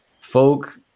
folk